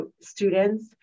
students